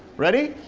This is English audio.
ready?